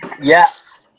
Yes